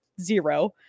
zero